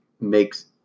makes